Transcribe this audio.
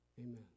Amen